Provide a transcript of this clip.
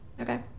Okay